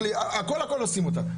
הכל הכל עושים אותה.